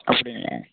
அப்படிங்களா